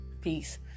peace